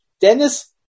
Dennis